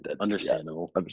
understandable